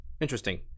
Interesting